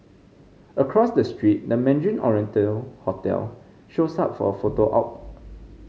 across the street the Mandarin Oriental hotel shows up for a photo op